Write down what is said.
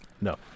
no